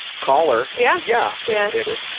caller, yeah, yeah yeah it is.